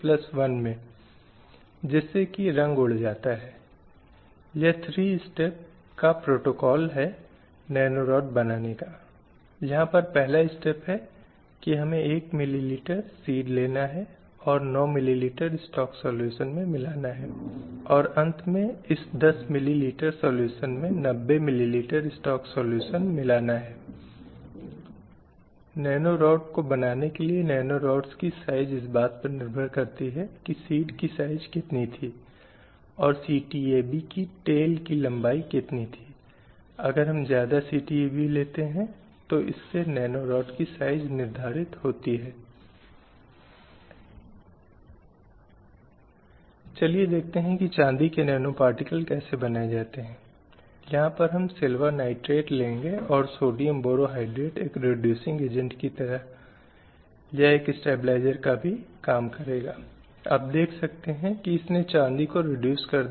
तो बेटी का जन्म अवांछनीय है का वह मुद्दा उस काल में शुरू हुआ था जहाँ एक बेटे और एक बेटी के बीच बुनियादी अंतर किया जाता था और इसलिए बेटी के साथ आने वाले बोझ और जिम्मेदारियों पर जोर दिया गया और इसलिए अब इस परिवार में उनकी बेटी का जन्म अवांछित था जबकि शुरुआती दौर में लड़कों के साथ साथ बालिकाओं को शिक्षित करने का मुद्दा था इस अवधि में महिलाओं को शिक्षा वंचित थी उपनयन निषिद्ध था वैदिक अध्ययनों में महिलाओं की भागीदारी को हतोत्साहित किया गया था